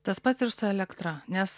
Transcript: tas pats ir su elektra nes